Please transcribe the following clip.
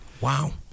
wow